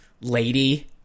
lady